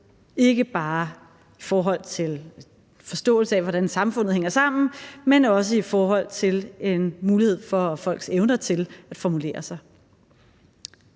ikke bare i forhold til forståelsen af, hvordan samfundet hænger sammen, men også i forhold til evnen til at formulere sig.